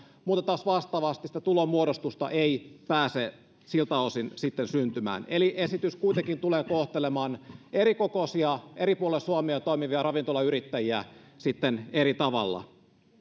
mutta taas vastaavasti sitä tulonmuodostusta ei pääse siltä osin syntymään eli esitys kuitenkin tulee kohtelemaan erikokoisia eri puolilla suomea toimivia ravintolayrittäjiä eri tavalla